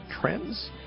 trends